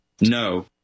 no